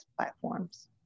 platforms